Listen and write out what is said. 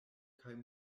kaj